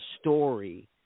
story